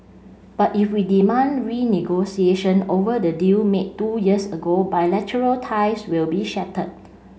but if we demand renegotiation over the deal made two years ago bilateral ties will be shattered